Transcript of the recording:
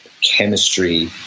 chemistry